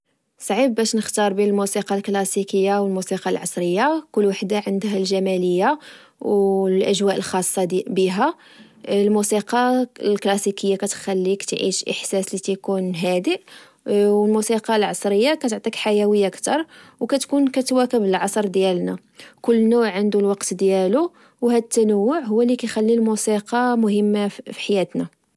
، صعيب باش تختار بين الموسيقى الكلاسيكية والموسيقى العصرية، كل وحدة عندها الجمالية والأجواء الخاصة بها. الموسيقى الكلاسيكية كتخليك تعيش إحساس لتكون هادئ. و الموسيقى العصرية كتعطيك حيوية كتر، وكتكون كتواكب العصر ديالنا كل نوع عندو الوقت ديالو. وهاد التنوع هو اللي كيخلي الموسيقى مهمة فحياتنا